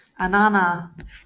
Anana